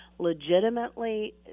legitimately